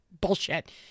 Bullshit